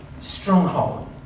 stronghold